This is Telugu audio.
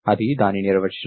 అది దాని నిర్వచనం